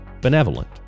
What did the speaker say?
benevolent